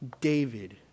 David